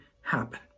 happen